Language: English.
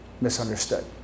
misunderstood